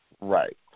Right